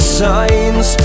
signs